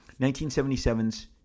1977's